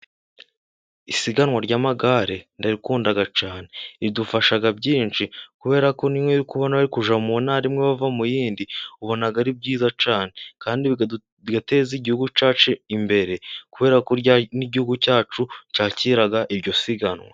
Isiganwa ry'amagare, ndarikunda cyane, ridufasha byinshi, kubera ko kuba najya mu ntara imwe bava mu yindi, ubona ari byiza cyane, kandi bigateza igihugu cyacu imbere, kubera ko n'igihugu cyacu, cyakira iryo siganwa.